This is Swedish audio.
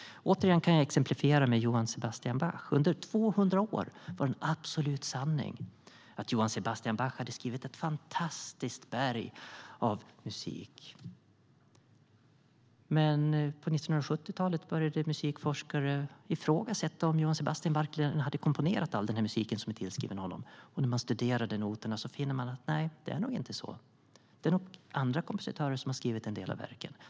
Återigen kan jag exemplifiera med Johann Sebastian Bach. Under 200 år var det en absolut sanning att Johann Sebastian Bach hade skrivit ett fantastiskt berg av musik. Men på 1970-talet började musikforskare ifrågasätta om han verkligen hade komponerat all den musik som var tillskriven honom. När man studerade noterna fann man att det nog inte är så utan att det nog är andra kompositörer som har skrivit en del av verken.